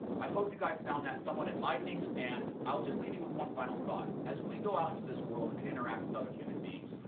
i hope you guys found that somewhat enlightening and i'll just leave you with one final thought as we go out into this world and interact with other human beings,